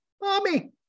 mommy